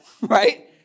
right